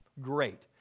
Great